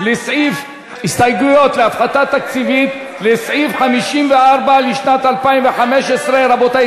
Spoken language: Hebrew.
להסתייגויות להפחתה תקציבית לסעיף 54 לשנת 2015. רבותי,